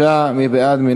בבקשה, מי בעד?